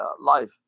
life